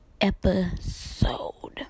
episode